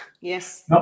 yes